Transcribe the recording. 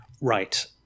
Right